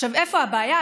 עכשיו, איפה הבעיה?